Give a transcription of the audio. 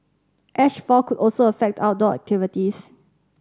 ash fall could also affect outdoor activities